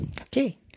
Okay